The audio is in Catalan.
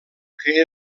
que